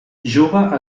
juba